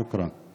תודה.